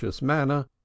manner